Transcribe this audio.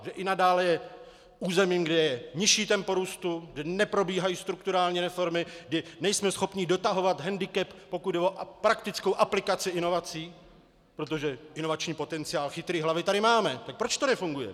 Že i nadále je územím, kde je nižší tempo růstu, kde neprobíhají strukturální reformy, kdy nejsme schopni dotahovat hendikep, pokud jde o praktickou aplikaci inovací, protože inovační potenciál, chytré hlavy tady máme, tak proč to nefunguje.